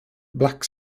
black